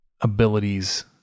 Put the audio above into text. abilities